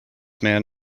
man